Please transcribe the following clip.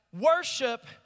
Worship